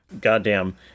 goddamn